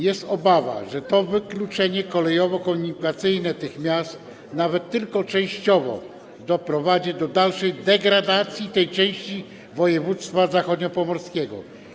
Jest obawa, że wykluczenie kolejowo-komunikacyjne tych miast, nawet tylko częściowo, doprowadzi do dalszej degradacji tej części województwa zachodniopomorskiego.